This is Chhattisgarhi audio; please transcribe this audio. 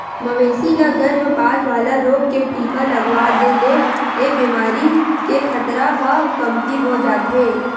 मवेशी ल गरभपात वाला रोग के टीका लगवा दे ले ए बेमारी के खतरा ह कमती हो जाथे